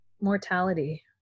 mortality